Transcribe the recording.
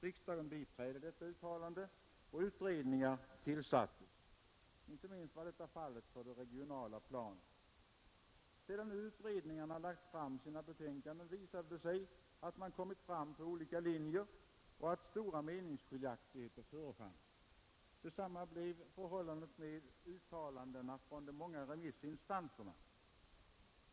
Riksdagen biträdde detta uttalande och utredningar tillsattes. Inte minst gällde dessa det regionala planet. Sedan utredningarna hade lagt fram sina betänkanden visade det sig att man hade gått fram på olika linjer och att stora meningsskiljaktigheter förefanns. Detsamma blev förhållandet med uttalandena från de många remissinstanserna.